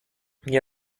nie